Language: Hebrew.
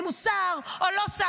אם הוא שר או לא שר?